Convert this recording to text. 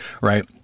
right